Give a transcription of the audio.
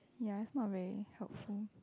ya it's not really helpful